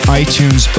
iTunes